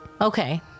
Okay